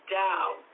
down